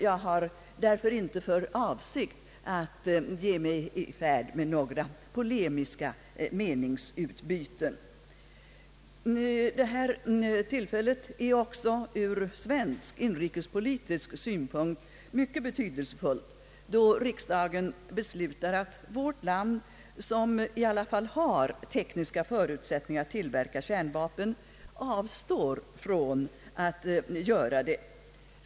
Jag har därför inte för avsikt att ge mig i färd med några polemiska meningsutbyten. Detta tillfälle är också från svensk inrikespolitisk synpunkt mycket betydelsefullt, då riksdagen . beslutar att vårt land, som i varje fall har tekniska förutsättningar att tillverka kärnvapen, avstår från att göra det.